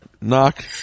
Knock